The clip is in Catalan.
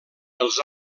els